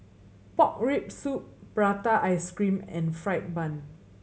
pork rib soup prata ice cream and fried bun